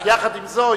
עם זאת,